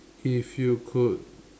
if you could